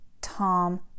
Tom